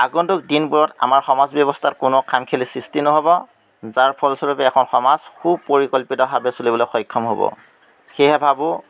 আগন্তুক দিনবোৰত আমাৰ সমাজ ব্যৱস্থাত কোনো খাম খেয়ালি সৃষ্টি নহ'ব যাৰ ফলস্বৰূপে এখন সমাজ সুপৰিকল্পিতভাৱে চলিবলৈ সক্ষম হ'ব সেয়েহে ভাবোঁ